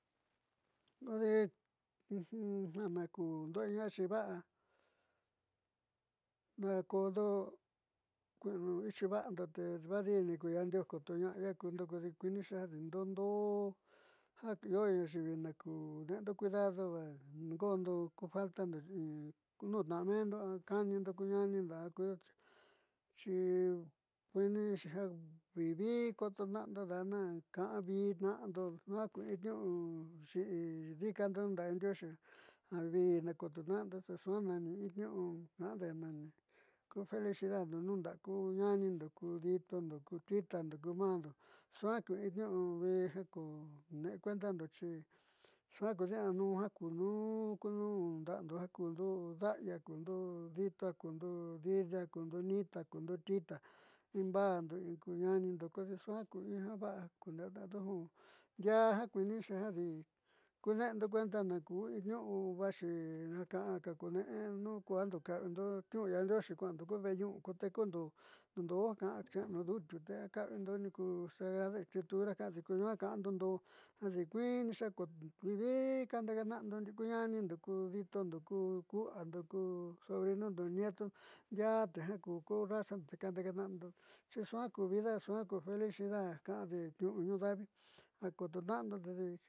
Kodi jana kundo in ayii va'a naakoondo ichi vaando te vadi'ini ka yuandioó ko ta ña'a ya ya kundo kodi kuinixi ndoo ndoo ja io ayiivì naku kune'endo cuidado va ngo'ondo ku falta ndo ku nu'untna'a meendo a ka'anindo ku ñaanindo xi kuiinixi vi vi kotona'ando daana kaanvii tna'ando jaa in niu'u xi'i diikando nunda'a yaandioxì ja vi kotona'ando te suaá na in niuu vi kande ku felicildadno ku ñaanindo, ku ditondo ku titándo ku ma'ando suaa ku in niu'u vi ja kuneekueendando xi suaá ku di'inaanun ja kunun kunun ku nuunda'ando ja kundo da'aya, kundo dito kundo di'idi kundo nitu kundo tita in nba'ando in ku ñaanindo kodi suaá ku in ja va'a ja kunde'eando ndiaa jiaa ku ja kuinixi jadi kune'endo kuenda naku in niu'u vaxì ja kaa ja kaakune'e tenu ka'avindo niu'u yaandioxi kua'and kue'e ve'eñu'u ko tekundo ndoo doo ju ka'an che'eno duu tiu te ka'avindo sagrada escritura ja ka'ande.